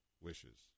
Wishes